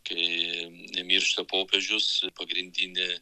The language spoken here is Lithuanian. kai miršta popiežius pagrindinė